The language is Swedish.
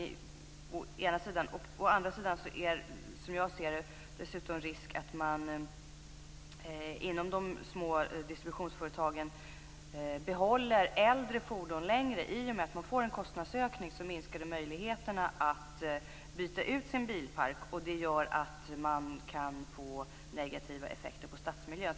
Dessutom finns, som jag ser detta, risken att de små distributionsföretagen behåller äldre fordon längre. I och med att det blir en kostnadsökning minskar deras möjligheter att byta ut bilparken. Det gör att det kan få negativa effekter på stadsmiljön.